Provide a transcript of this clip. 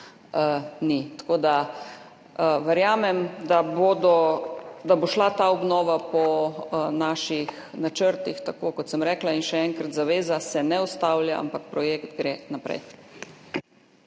ni. Tako da verjamem, da bo šla ta obnova po naših načrtih, tako kot sem rekla. In še enkrat, zaveza se ne ustavlja, projekt gre naprej.